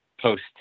post